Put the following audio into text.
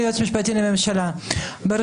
וגם